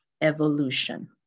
evolution